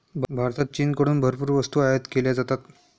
भारतात चीनकडून भरपूर वस्तू आयात केल्या जातात